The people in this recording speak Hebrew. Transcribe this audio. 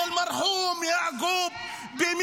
-- את אל-מרחום יעקוב -- הוא שיקר.